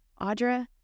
Audra